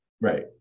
Right